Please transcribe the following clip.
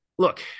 Look